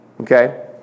Okay